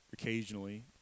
Occasionally